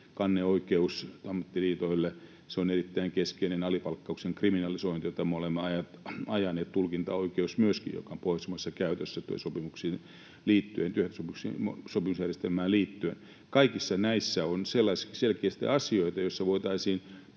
kanneoikeus ammattiliitoille, se on erittäin keskeinen, alipalkkauksen kriminalisointi, jota me olemme ajaneet, tulkintaoikeus myöskin, joka on Pohjoismaissa käytössä työehtosopimusjärjestelmään liittyen. Kaikissa näissä on selkeästi asioita, joissa voitaisiin